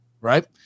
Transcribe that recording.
right